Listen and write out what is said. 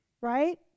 right